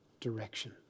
direction